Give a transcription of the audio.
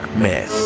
Mess